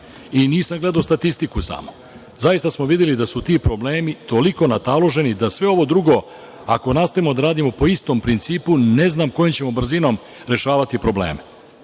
I nisam gledao statistiku samo, zaista smo videli da su ti problemi toliko nataloženi da sve ovo drugo, ako nastavimo da radimo po istom principu, ne znam kojom ćemo brzinom rešavati probleme. Tako